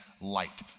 light